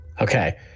Okay